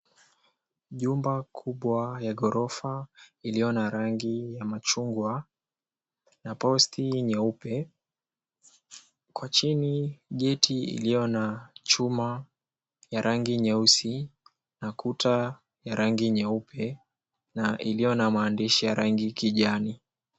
Jumba kubwa ya ghorofa iliyo na rangi ya machungwa, na posti nyeupe. Kwa chini geti iliyo na chuma ya rangi nyeusi na kuta ya rangi nyeupe na iliyo na maandishi ya rangi ya kijani.